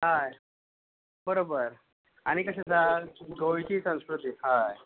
हय बरोबर आनी कशे आसा गोंयची संस्कृती हय